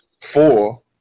four